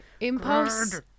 impulse